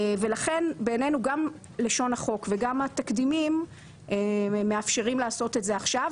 ולכן בעינינו גם לשון החוק וגם התקדימים מאפשרים לעשות את זה עכשיו,